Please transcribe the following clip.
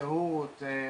זהות,